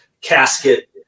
casket